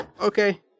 Okay